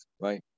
right